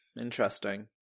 interesting